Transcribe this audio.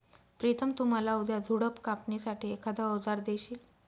प्रितम तु मला उद्या झुडप कापणी साठी एखाद अवजार देशील?